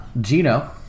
Gino